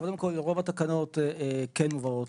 קודם כל, רוב התקנות כן מובאות.